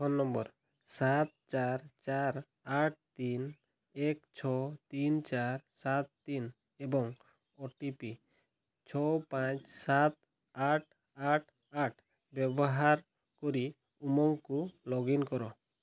phone ନମ୍ବର ସାତ ଚାରି ଚାରି ଆଠ ତିନି ଏକ ଛଅ ତିନି ଚାରି ସାତ ତିନି ଏବଂ ଓ ଟି ପି ଛଅ ପାଞ୍ଚ ସାତ ଆଠ ଆଠ ଆଠ ବ୍ୟବହାର କରି ଉମଙ୍ଗକୁ ଲଗ୍ଇନ୍ କର